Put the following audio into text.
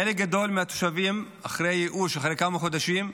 חלק גדול מהתושבים אחרי ייאוש, ואחרי כמה חודשים,